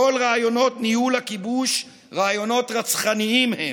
כל רעיונות ניהול הכיבוש, רעיונות רצחניים הם,